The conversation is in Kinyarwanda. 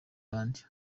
abandi